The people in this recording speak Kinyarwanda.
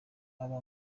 aba